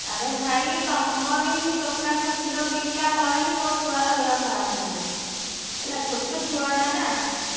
ଆରେ ଭାଇ ତମର ହିଁ ଦୋକାନରୁ କ୍ଷୀର ପିଇଲା ପରେ ହିଁ ମୋ ଛୁଆର ଦେହ ଖରାପ ହେଲା ହେଲା ଛୋଟ ଛୁଆଟା ନା